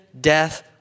death